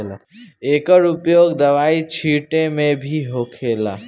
एकर उपयोग दवाई छींटे मे भी होखेला